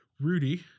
rudy